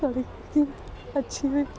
स अच्छी बी